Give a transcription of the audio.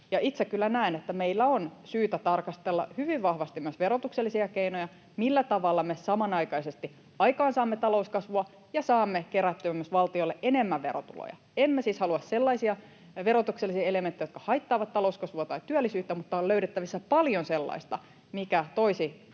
Itse kyllä näen, että meillä on syytä tarkastella hyvin vahvasti myös verotuksellisia keinoja, millä tavalla me samanaikaisesti aikaansaamme talouskasvua ja saamme kerättyä myös valtiolle enemmän verotuloja. Emme siis halua sellaisia verotuksellisia elementtejä, jotka haittaavat talouskasvua tai työllisyyttä, mutta on löydettävissä paljon sellaista, mikä toisi